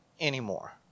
anymore